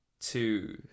two